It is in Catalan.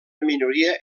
minoria